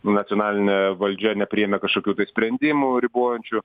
nacionalinė valdžia nepriėmė kažkokių tai sprendimų ribojančių